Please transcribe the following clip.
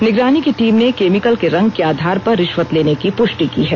निगरानी की टीम ने केमिकल के रंग के आधार पर रिष्वत लेने की पुष्टि की है